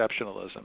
exceptionalism